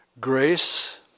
grace